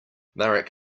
marek